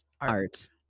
art